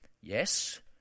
yes